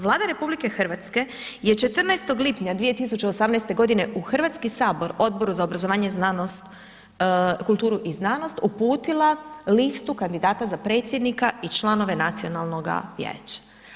Vlada RH je 14. lipnja 2018. godine u Hrvatski sabor Odboru za obrazovanje, znanost, kulturu i znanost uputila listu kandidata za predsjednika i članove Nacionalnoga vijeća.